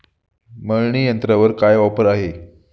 मळणी यंत्रावर काय ऑफर आहे?